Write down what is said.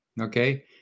okay